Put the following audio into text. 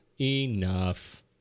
Enough